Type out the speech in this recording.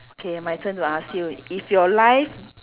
okay my turn to ask you if your life